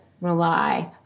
rely